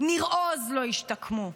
ניר עוז לא השתקמו.